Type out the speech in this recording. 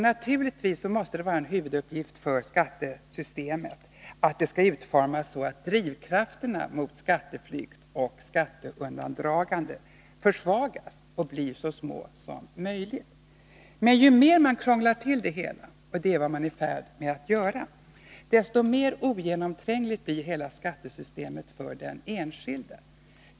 Naturligtvis måste det vara en huvuduppgift för dem som utformar ett skattesystem att se till att drivkrafterna bakom skatteflykt och skatteundandragande försvagas och blir så små som möjligt. Men ju mer man krånglar till det hela — och det är vad man är i färd med att göra — desto mer ogenomträngligt blir hela skattesystemet för den enskilde.